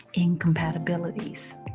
incompatibilities